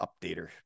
updater